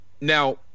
Now